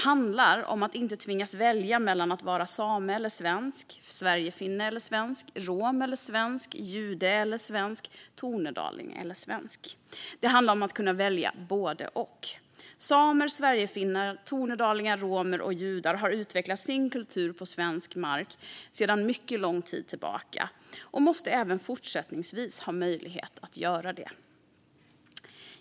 Man ska inte tvingas välja mellan att vara same eller svensk, sverigefinne eller svensk, rom eller svensk, jude eller svensk, tornedaling eller svensk. Det handlar om att kunna välja både och. Samer, sverigefinnar, tornedalingar, romer och judar har utvecklat sin kultur på svensk mark sedan mycket lång tid tillbaka och måste även fortsättningsvis ha möjlighet att göra det.